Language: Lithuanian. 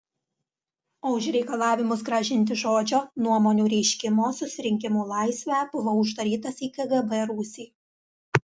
o už reikalavimus grąžinti žodžio nuomonių reiškimo susirinkimų laisvę buvau uždarytas į kgb rūsį